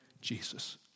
Jesus